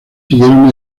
siguieron